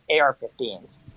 AR-15s